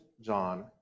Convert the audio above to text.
John